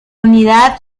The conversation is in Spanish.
unidad